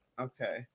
Okay